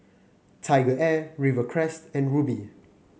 TigerAir Rivercrest and Rubi